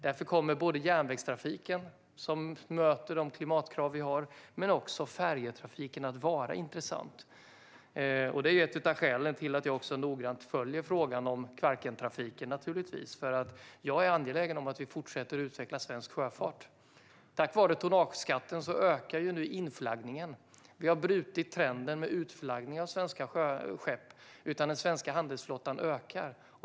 Därför kommer både järnvägstrafiken som möter de klimatkrav som finns och färjetrafiken att vara intressant. Det är ett av skälen till att jag också noggrant följer frågan om Kvarkentrafiken. Jag är angelägen om att vi fortsätter att utveckla svensk sjöfart. Tack vare tonnageskatten ökar inflaggningen. Vi har brutit trenden med utflaggning av svenska skepp, och den svenska handelsflottan ökar.